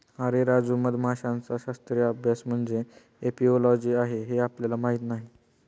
अरे राजू, मधमाशांचा शास्त्रीय अभ्यास म्हणजे एपिओलॉजी आहे हे आपल्याला माहीत नाही